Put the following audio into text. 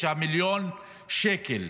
מיליארד שקלים.